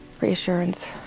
reassurance